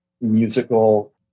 musical